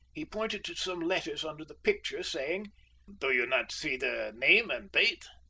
he pointed to some letters under the picture, saying do you not see the name and date?